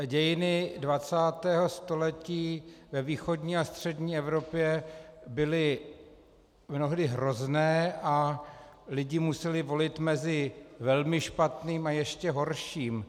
Dějiny 20. století ve východní a střední Evropě byly mnohdy hrozné a lidi museli volit mezi velmi špatným a ještě horším.